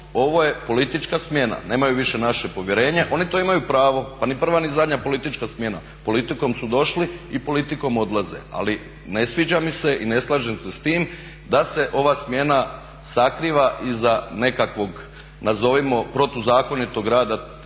ovo je politička smjena. Nemaju više naše povjerenje. Oni to imaju pravo. Pa ni prva ni zadnja politička smjena, politikom su došli i politikom odlaze. Ali ne sviđa mi se i ne slažem se s tim da se ova smjena sakriva iza nekakvog nazovimo protuzakonitog rada tih ljudi.